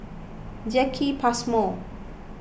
Jacki Passmore